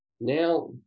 now